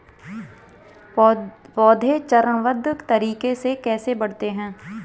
पौधे चरणबद्ध तरीके से कैसे बढ़ते हैं?